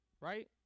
Right